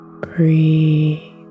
Breathe